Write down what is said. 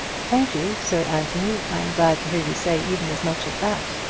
thank you, sir anthony. i'm glad to hear you say even as much as that.